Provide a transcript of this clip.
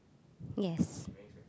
yes